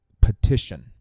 petition